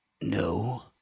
no